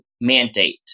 mandate